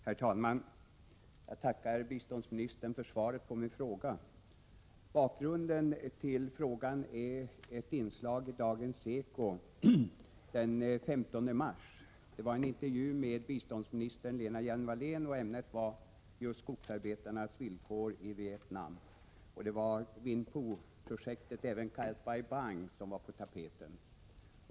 Herr talman! Jag tackar biståndsministern för svaret på min fråga. Bakgrunden till frågan är ett inslag i Dagens eko den 15 mars — en intervju med biståndsminister Lena Hjelm-Wallén. Ämnet var skogsarbetarnas villkor i Vietnam. Det var Vinh Phu-projektet, även kallat Bai Bang, som var på tapeten.